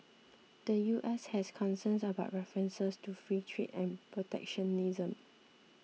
the U S has concerns about references to free trade and protectionism